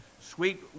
Sweet